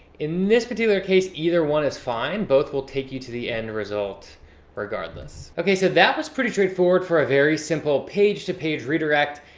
in this particular case, either one is fine. both will take you to the end result regardless. okay, so that was pretty straightforward for very simple page to page redirect.